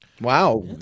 Wow